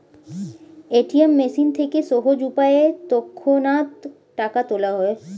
ATM machine থেকে সহজ উপায়ে তৎক্ষণাৎ টাকা তোলা যায়